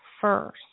first